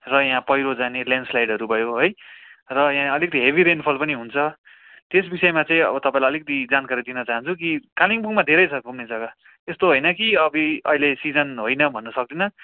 र यहाँ पैह्रो जाने ल्यान्डस्लाइडहरू भयो है र यहाँ अलिक हेभी रेनफल पनि हुन्छ त्यस विषयमा चाहिँ अब तपाईँलाई अलिकति जानकारी दिन चाहन्छु कि कालिम्पोङमा धेरै छ घुम्ने जग्गा यस्तो होइन कि अब अहिले सिजन होइन भन्न सक्दिनँ